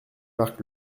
marc